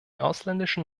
ausländischen